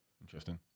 Interesting